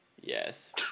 Yes